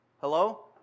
Hello